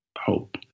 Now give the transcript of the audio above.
hope